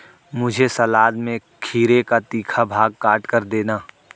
मुझे सलाद में खीरे का तीखा भाग काटकर देना